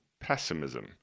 pessimism